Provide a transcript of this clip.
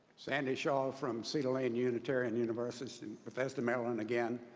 sandy shaw from cedar lane unitarian universalist in bethesda, maryland, again.